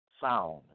sound